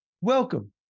welcome